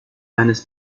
eines